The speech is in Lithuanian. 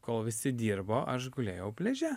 kol visi dirbo aš gulėjau pliaže